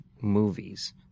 movies